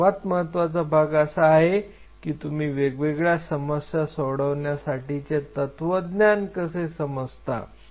पण सर्वात महत्त्वाचा भाग असा आहे की तुम्ही वेगवेगळ्या समस्या सोडवण्यासाठीचे तत्वज्ञान कसे समजता